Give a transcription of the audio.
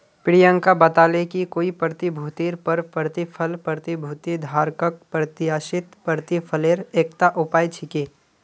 प्रियंका बताले कि कोई प्रतिभूतिर पर प्रतिफल प्रतिभूति धारकक प्रत्याशित प्रतिफलेर एकता उपाय छिके